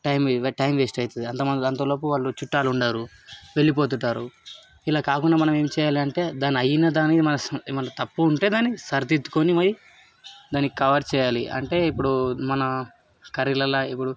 time వెం time waste అవుతుంది అంత అంతలోపు వాళ్ళు చుట్టాలు ఉండరు వెళ్ళిపోతుంటారు ఇలా కాకుండా మనం ఏం చెయ్యాలి అంటే దాని అయినదానికీ మనం స ఎమన్నా తప్పు ఉంటే దాని సరిదిద్దుకొని మరి దాన్ని కవర్ చెయ్యాలి అంటే ఇప్పుడు మన కర్రీలల్లో ఇప్పుడు